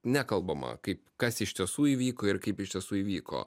nekalbama kaip kas iš tiesų įvyko ir kaip iš tiesų įvyko